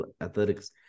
athletics